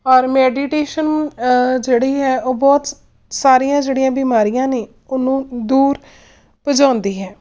ਔਰ ਮੈਡੀਟੇਸ਼ਨ ਜਿਹੜੀ ਹੈ ਉਹ ਬਹੁਤ ਸਾਰੀਆਂ ਜਿਹੜੀਆਂ ਬਿਮਾਰੀਆਂ ਨੇ ਉਹਨੂੰ ਦੂਰ ਭਜਾਉਂਦੀ ਹੈ